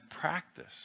practice